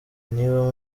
niba